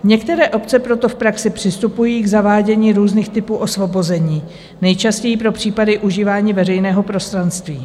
Některé obce proto v praxi přistupují k zavádění různých typů osvobození, nejčastěji pro případy užívání veřejného prostranství.